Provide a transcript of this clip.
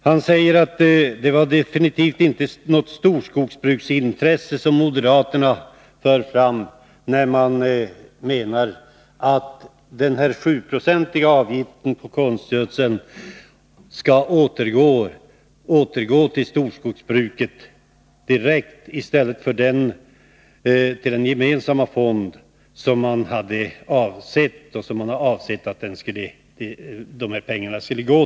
Han säger att det definitivt inte är storskogsbrukets intressen som moderaterna för fram när de säger att den 7-procentiga avgiften på konstgödsel skall återgå till storskogsbruket direkt i stället för till den gemensamma fond som pengarna var avsedda att gå till.